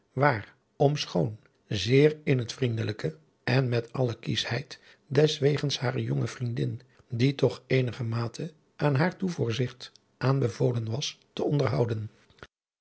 waar om schoon zeer in het vriendelijke en met alle kieschheid deswegens hare jonge vriendin die toch eenigermate aan haar toevoorzigt aanbevolen was te onderhouden